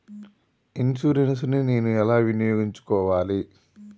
Insurance ని నేను ఎలా వినియోగించుకోవాలి?